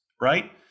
right